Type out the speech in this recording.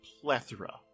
plethora